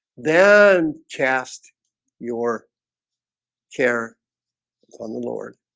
then cast your care on the lord